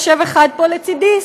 יושב אחד פה לצדי,